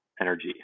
energy